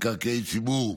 מקרקעי ציבור,